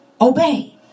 Obey